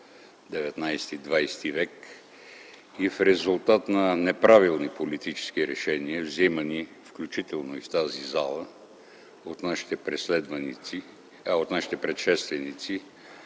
- ХХ век и в резултат на неправилни политически решения, взимани включително в тази зала от нашите предшественици.